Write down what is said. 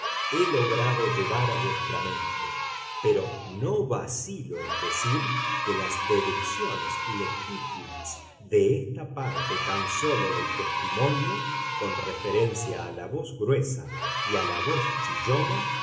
he logrado llevar a vuestra mente pero no vacilo en decir que las deducciones legítimas de esta parte tan sólo del testimonio con referencia a la voz gruesa y a la voz chillona